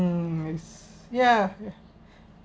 mm yes ya